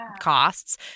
costs